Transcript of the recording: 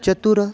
चत्वारि